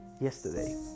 yesterday